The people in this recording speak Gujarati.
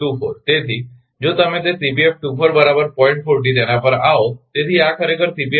તેથી જો તમે તે તેના પર આવો